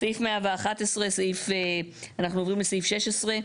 סעיף 111. אנחנו עוברים לסעיף (16)